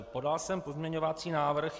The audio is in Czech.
Podal jsem pozměňovací návrh.